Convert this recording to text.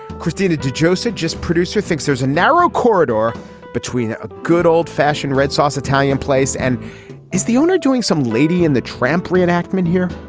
cristina to joseph just producer thinks there's a narrow corridor between a good old fashioned red sox italian place and is the owner doing some lady and the tramp re-enactment here.